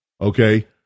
Okay